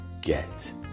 get